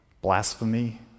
blasphemy